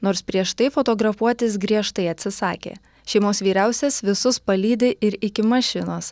nors prieš tai fotografuotis griežtai atsisakė šeimos vyriausias visus palydi ir iki mašinos